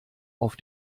auf